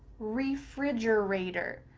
refrigerator,